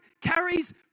carries